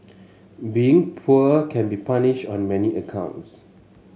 being poor can be punishing on many counts